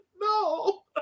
No